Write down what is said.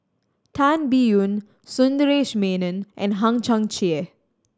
Tan Biyun Sundaresh Menon and Hang Chang Chieh